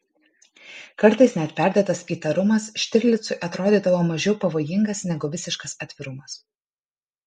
kartais net perdėtas įtarumas štirlicui atrodydavo mažiau pavojingas negu visiškas atvirumas